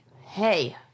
hey